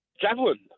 javelin